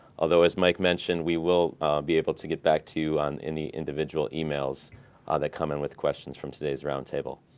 although, as mike mentioned, we will be able to get back to you on any individual emails ah that come in with questions from today's roundtable.